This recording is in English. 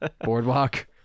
Boardwalk